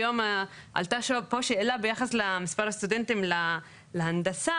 היום עלתה פה שאלה ביחס למספר הסטודנטים להנדסה.